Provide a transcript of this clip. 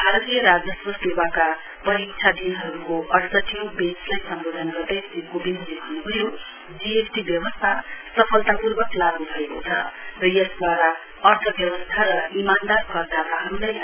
भारतीय राजस्व सेवाका परीक्षाधीनहरूको अड़सठीऔं बेञ्चलाई सम्बोधन गर्दै श्री कोविन्दले अन्न्भयो जीएसटी व्यवस्था सफलतापूर्वक लागू भएको छ र यसद्वारा अर्थव्यवस्था र ईमानदार करदाताहरूलाई लाभ ह्नेछ